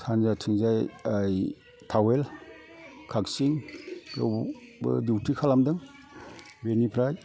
सानजाथिंजाय towel काक्सिं बेयावबो दिउथि खालामदों बेनिफ्राय